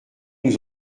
nous